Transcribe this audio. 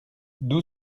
d’où